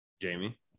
Jamie